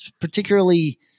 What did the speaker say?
particularly